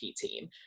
team